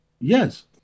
yes